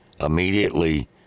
immediately